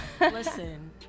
Listen